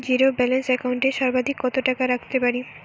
Zero balance account এ সর্বাধিক কত টাকা রাখতে পারি?